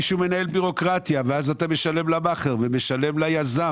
מישהו מנהל ביורוקרטיה ואז אתה משלם למאכער ומשלם ליזם